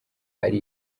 ari